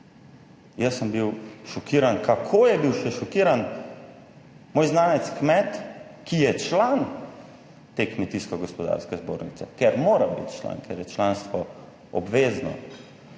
Jaz sem bil šokiran, kako je bil še šokiran moj znanec, kmet, ki je član te kmetijsko gospodarske zbornice, ker mora biti član, ker je članstvo obvezno